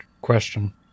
question